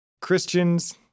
Christians